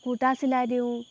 কুৰ্তা চিলাই দিওঁ